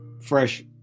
fresh